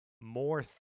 more